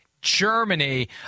Germany